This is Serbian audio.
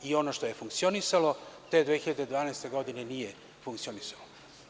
I ono što je funkcionisalo, te 2012. godine nije funkcionisalo.